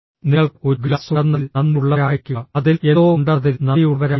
നിങ്ങൾക്ക് ഒരു ഗ്ലാസ് ഉണ്ടെന്നതിൽ നന്ദിയുള്ളവരായിരിക്കുക അതിൽ എന്തോ ഉണ്ടെന്നതിൽ നന്ദിയുള്ളവരായിരിക്കുക